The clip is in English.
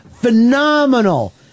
phenomenal